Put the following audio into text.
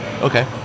Okay